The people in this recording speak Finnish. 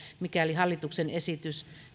mikäli hallituksen esitys